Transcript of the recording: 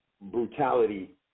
brutality